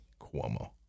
cuomo